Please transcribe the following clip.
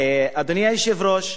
אדוני היושב-ראש,